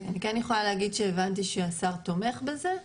אני כן יכולה להגיד שהשר תומך בזה,